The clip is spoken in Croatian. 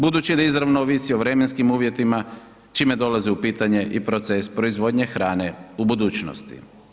Budući da izravno ovisi o vremenskim uvjetima, čime dolazi u pitanje i proces proizvodnje hrane u budućnosti.